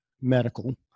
medical